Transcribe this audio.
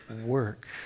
work